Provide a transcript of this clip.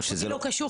חדר אקוטי לא קשור,